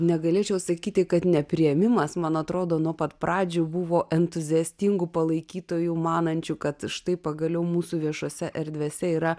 negalėčiau sakyti kad nepriėmimas man atrodo nuo pat pradžių buvo entuziastingų palaikytojų manančių kad štai pagaliau mūsų viešose erdvėse yra